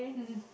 mm